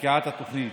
פקיעת התוכנית,